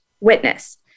witness